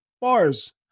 bars